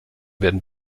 werden